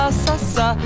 sa-sa